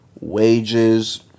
wages